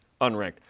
unranked